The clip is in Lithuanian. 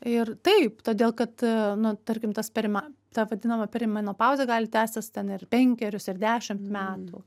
ir taip todėl kad nu tarkim tas perima ta vadinama perimenopauzė gali tęstis ten ir penkerius ir dešimt metų